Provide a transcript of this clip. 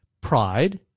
Pride